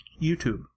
YouTube